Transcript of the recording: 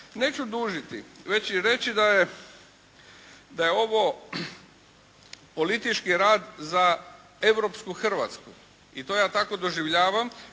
Neću dužiti već ću reći da je ovo politički rad za europsku Hrvatsku i to ja tako doživljavam